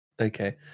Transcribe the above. Okay